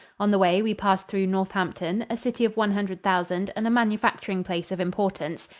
on the way we passed through northampton, a city of one hundred thousand and a manufacturing place of importance.